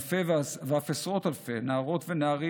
אלפי ואף עשרות אלפי נערות ונערים